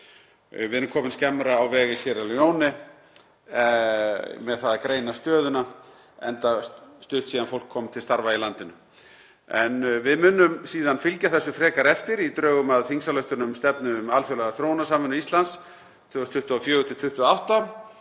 Við erum komin skemmra á veg í Síerra Leóne með það að greina stöðuna enda stutt síðan fólk kom til starfa í landinu. Við munum síðan fylgja þessu frekar eftir. Í drögum að þingsályktunartillögu um stefnu um alþjóðlega þróunarsamvinnu Íslands 2024–2028